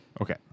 Okay